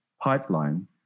pipeline